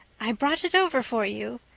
i brought it over for you.